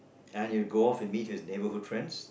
and he'll go off and meet his neighbourhood friends